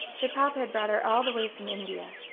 her papa had brought her all the way from india.